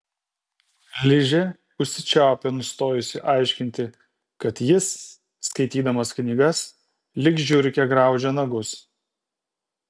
ližė užsičiaupė nustojusi aiškinti kad jis skaitydamas knygas lyg žiurkė graužia nagus